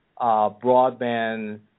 broadband